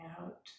out